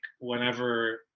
whenever